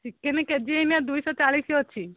chicken K G ଏଇନେ ଦୁଇଶହ ଚାଳିଶ ଅଛି